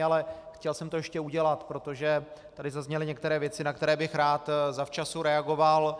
Ale chtěl jsem to ještě udělat, protože tady zazněly některé věci, na které bych rád za v času reagoval.